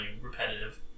repetitive